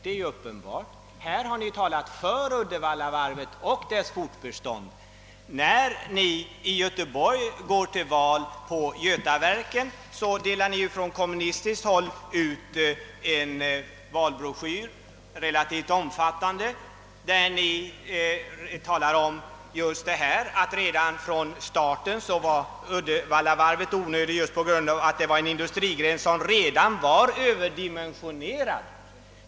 Här i riksdagen har ni talat för Uddevallavarvet och dess fortbestånd, men när ni går till val på Götaverken i Göteborg delar ni från kommunistiskt håll ut en valbroschyr, där ni talar om, att Uddevallavarvet redan från starten var onödigt därför att denna industrigren redan var Ööverdimensionerad.